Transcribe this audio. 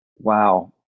Wow